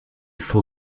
faut